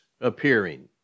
appearing